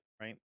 right